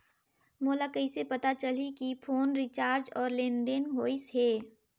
मोला कइसे पता चलही की फोन रिचार्ज और लेनदेन होइस हे?